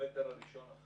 בקילומטר הראשון,